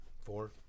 Four